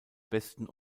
besten